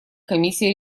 комиссии